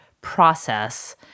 process